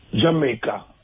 Jamaica